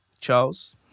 Charles